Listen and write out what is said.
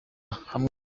hamwe